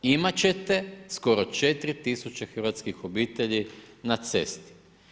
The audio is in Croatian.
Imati ćete skoro 4000 hrvatskih obitelji na cesti.